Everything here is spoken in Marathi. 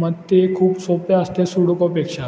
मग ते खूप सोपे असते सुडोकोपेक्षा